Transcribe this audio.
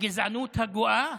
הגזענות הגואה.